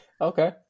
Okay